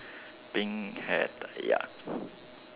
pink hair ya